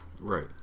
Right